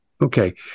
Okay